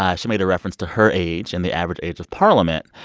ah she made a reference to her age and the average age of parliament,